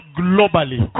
globally